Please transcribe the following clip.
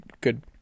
good